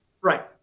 Right